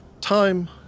Time